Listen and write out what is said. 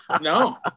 No